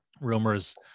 rumors